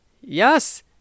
Yes